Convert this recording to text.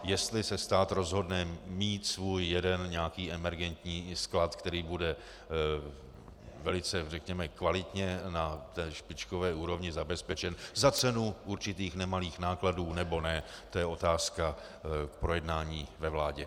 Jestli se stát rozhodne mít svůj jeden emergentní sklad, který bude velice kvalitně na špičkové úrovni zabezpečen za cenu určitých nemalých nákladů, nebo ne, je otázka k projednání ve vládě.